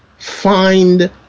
Find